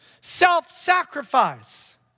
Self-sacrifice